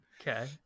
okay